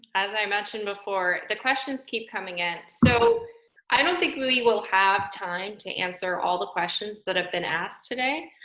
as i mentioned before, the questions keep coming in. so i don't think we will have time to answer all the questions that have been asked today,